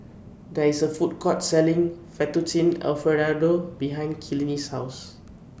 There IS A Food Court Selling Fettuccine Alfredo behind Kinley's House